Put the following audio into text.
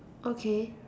okay